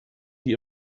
die